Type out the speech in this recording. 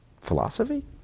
philosophy